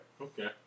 Okay